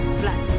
flat